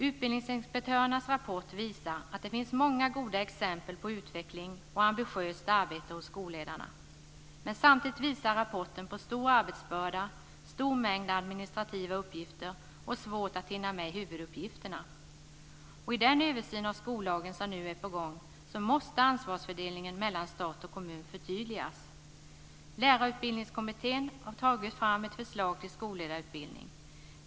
Utbildningsinspektörernas rapport visar att det finns många goda exempel på utveckling och ambitiöst arbete hos skolledarna. Men samtidigt visar rapporten på en stor arbetsbörda, en stor mängd administrativa uppgifter och svårigheter att hinna med huvuduppgiften. I den översyn av skollagen som nu är på gång måste ansvarsfördelningen mellan stat och kommun förtydligas. Lärarutbildningskommittén har tagit fram ett förslag till skolledarutbildning.